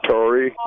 Tory